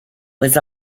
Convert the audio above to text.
was